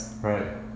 Right